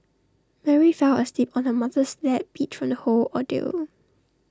Mary fell asleep on her mother's lap beat from the whole ordeal